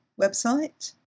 website